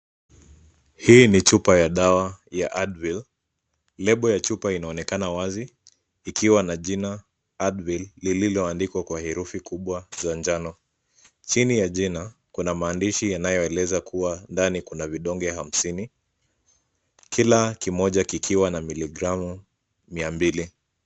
Hii ni chupa ya dawa ya Advil, lebo ya chupa inaonekana wazi ikiwa na jina Advil lililoandikwa kwa herufi kubwa ya njano. Chini ya jina kuna maandishi yanayoeleza kuwa ndani kuna vidonge hamsini, kila kimoja kikiwa na miligramu mia mbili.